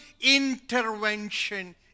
intervention